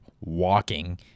walking